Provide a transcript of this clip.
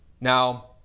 Now